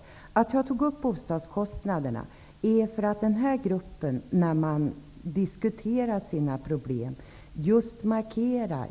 Anledningen till att jag tog upp detta med bostadskostnaderna är att den här gruppen i diskussionen om sådana här problem just markerar